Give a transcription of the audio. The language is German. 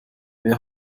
wer